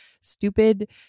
stupid